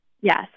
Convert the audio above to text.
Yes